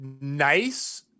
Nice